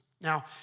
Now